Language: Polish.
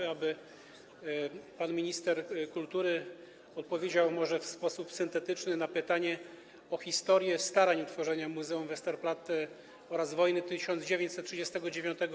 Chciałbym, aby pan minister kultury odpowiedział może w sposób syntetyczny na pytanie o historię starań utworzenia Muzeum Westerplatte oraz Wojny 1939.